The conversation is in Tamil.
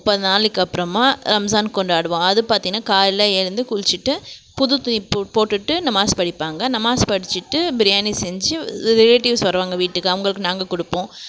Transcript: முப்பது நாளைக்கு அப்புறமா ரம்ஜான் கொண்டாடுவோம் அது பாத்திங்ன்னா காலையில் எழுந்து குளிச்சுட்டு புது துணி போட்டுகிட்டு நமாஸ் படிப்பாங்க நமாஸ் படிச்சுட்டு பிரியாணி செஞ்சு ரிலேட்டிவ்ஸ் வருவாங்க வீட்டுக்கு அவுங்களுக்கு நாங்கள் கொடுப்போம்